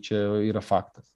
čia yra faktas